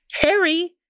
Harry